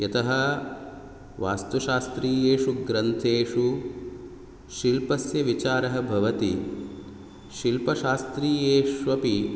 यतः वास्तुशास्त्रीयेषु ग्रन्थेषु शिल्पस्य विचारः भवति शिल्पशास्त्रीयेष्वपि